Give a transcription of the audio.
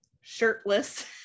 shirtless